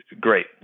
great